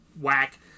whack